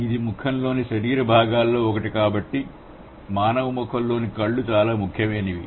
ఇది ముఖంలోని శరీర భాగాలలో ఒకటి కాబట్టి మానవ ముఖంలో కళ్ళు చాలా ముఖ్యమైనవి